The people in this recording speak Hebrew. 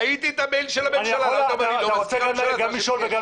ראיתי את המייל של הממשלה, למה אתה אומר לי "לא"?